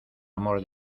amor